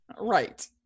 Right